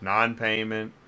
Non-payment